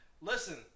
Listen